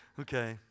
Okay